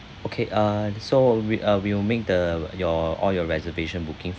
okay uh so we uh we will make the your all your reservation booking